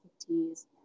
tees